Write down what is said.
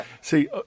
see